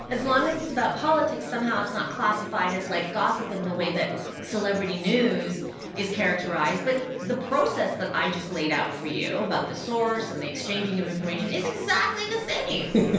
as long as it's about politics, somehow it's not classified as like gossip in the way that celebrity news is characterized but the process that i just laid out for you, about the source and the exchanging of information, is exactly the same.